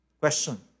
Question